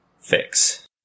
fix